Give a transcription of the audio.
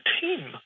team